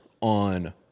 on